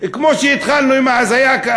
כמו שהתחלנו עם ההזיה,